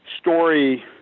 story